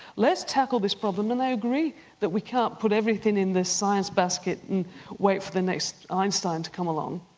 let's tackle this problem? and i agree that we can't put everything in this science basket and wait for the next einstein to come along,